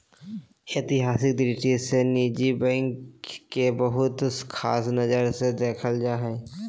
ऐतिहासिक दृष्टि से निजी बैंकिंग के बहुत ख़ास नजर से देखल जा हइ